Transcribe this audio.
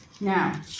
Now